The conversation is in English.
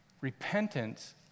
repentance